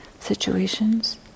situations